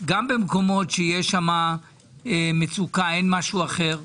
גם במקומות שיש בהם מצוקה, שאין משהו אחר,